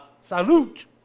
salute